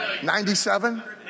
97